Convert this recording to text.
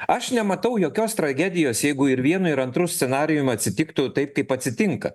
aš nematau jokios tragedijos jeigu ir vienu ir antru scenarijum atsitiktų taip kaip atsitinka